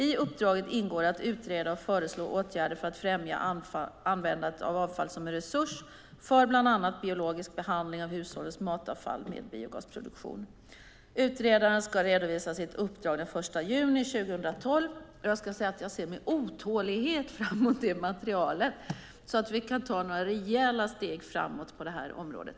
I uppdraget ingår att utreda och föreslå åtgärder för att främja användandet av avfall som en resurs för bland annat biologisk behandling av hushållens matavfall med biogasproduktion. Utredaren ska redovisa sitt uppdrag den 1 juni 2012. Jag ska säga att jag med otålighet ser fram mot det materialet, så att vi kan ta rejäla steg framåt på det här området.